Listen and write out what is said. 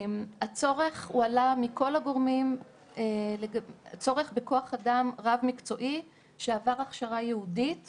כל הגורמים העלו את הצורך בכוח אדם רב מקצועי שעבר הכשרה ייעודית